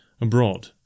Abroad